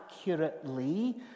accurately